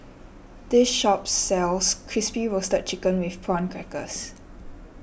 this shop sells Crispy Roasted Chicken with Prawn Crackers